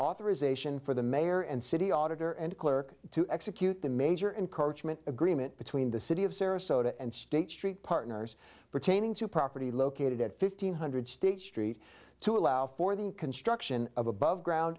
authorization for the mayor and city auditor and clerk to execute the major encouragement agreement between the city of sarasota and state street partners pertaining to property located at fifteen hundred state street to allow for the construction of above ground